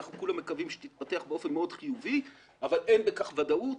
אנחנו כולנו מקווים שתתפתח באופן מאוד חיובי אבל אין בכך ודאות.